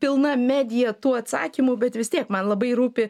pilna medija tų atsakymų bet vis tiek man labai rūpi